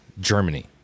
Germany